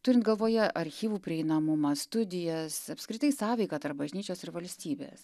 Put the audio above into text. turint galvoje archyvų prieinamumą studijas apskritai sąveiką tarp bažnyčios ir valstybės